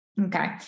Okay